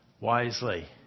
wisely